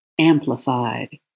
Amplified